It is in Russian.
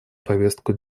повестку